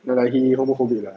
no lah he homophobic lah